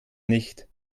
nicht